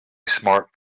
smart